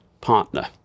partner